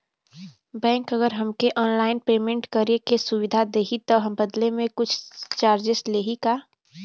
Bank अगर हमके online payment करे के सुविधा देही त बदले में कुछ चार्जेस लेही का?